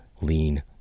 lean